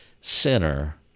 sinner